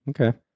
Okay